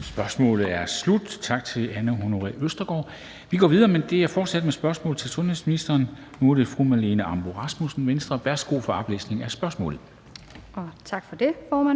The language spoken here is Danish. Spørgsmålet er slut. Tak til Anne Honoré Østergaard. Vi går videre, men det er fortsat med spørgsmål til sundhedsministeren, og nu er det fru Marlene Ambo-Rasmussen, Venstre. Kl. 13:59 Spm. nr. S 916